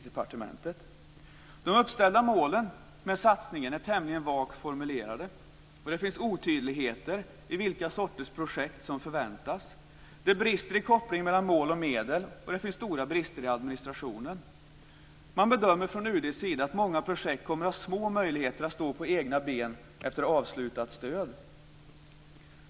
De uppställda målen med satsningen är tämligen vagt formulerade, och det finns otydligheter i vilka sorters projekt som förväntas. Det brister i kopplingen mellan mål och medel, och det finns stora brister i administrationen. Man bedömer från UD:s sida att många projekt kommer att ha små möjligheter att stå på egna ben efter avslutat stöd.